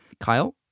Kyle